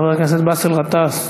חבר הכנסת באסל גטאס,